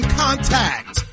contact